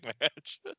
match